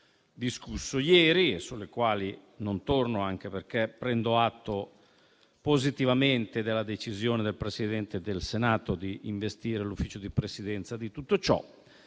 discusso ieri e sulle quali non torno, anche perché prendo atto positivamente della decisione del Presidente del Senato di investire l'Ufficio di Presidenza di tutto ciò.